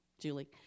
Julie